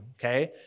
okay